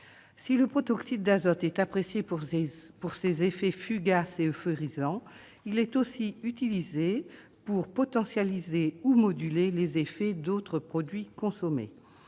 Si le protoxyde d'azote est apprécié pour ses effets fugaces et euphorisants, il est aussi utilisé pour potentialiser ou moduler les effets d'autres produits consommés.